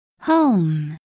home